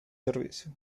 servicio